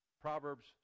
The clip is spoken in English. Proverbs